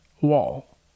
wall